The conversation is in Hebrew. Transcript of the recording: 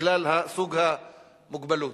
בגלל סוג המוגבלות.